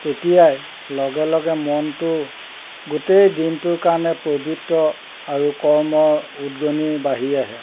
তেতিয়াই লগে লগে মনটো গোটেই দিনটোৰ কাৰণে পৱিত্ৰ আৰু কৰ্মৰ উদগনি বাঢ়ি আহে